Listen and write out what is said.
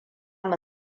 mu